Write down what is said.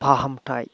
फाहामथाय